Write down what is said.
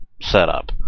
setup